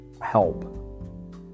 help